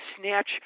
snatch